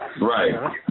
Right